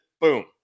Boom